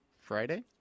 Friday